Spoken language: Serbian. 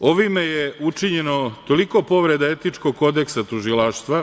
Ovim je učinjena tolika povreda etičkog kodeksa tužilaštva